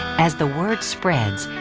as the word spreads,